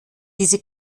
diese